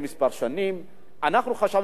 אנחנו חשבנו,